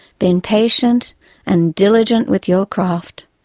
been patient and diligent with your craft,